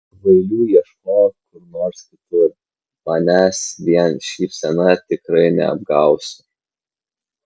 kvailių ieškok kur nors kitur manęs vien šypsena tikrai neapgausi